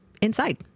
inside